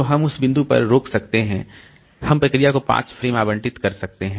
तो हम उस बिंदु पर रोक सकते हैं हम प्रक्रिया को 5 फ्रेम आवंटित कर सकते हैं